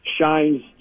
shines